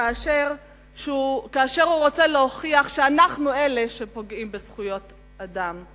כאשר הוא רוצה להוכיח שאנחנו אלה שפוגעים בזכויות אדם.